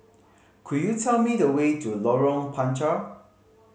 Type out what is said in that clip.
could you tell me the way to Lorong Panchar